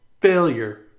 failure